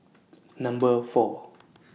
Number four